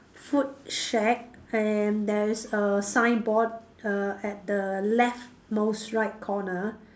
food shack and there is a signboard err at the left most right corner